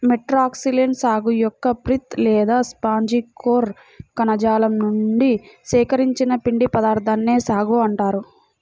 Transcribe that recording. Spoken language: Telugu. మెట్రోక్సిలాన్ సాగు యొక్క పిత్ లేదా స్పాంజి కోర్ కణజాలం నుండి సేకరించిన పిండి పదార్థాన్నే సాగో అంటారు